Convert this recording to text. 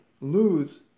lose